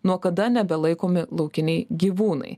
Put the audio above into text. nuo kada nebelaikomi laukiniai gyvūnai